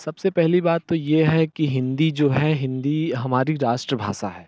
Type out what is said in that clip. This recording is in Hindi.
सबसे पहली बात तो ये है कि हिंदी जो है हिंदी हमारी राष्ट्रभाषा है